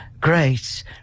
Great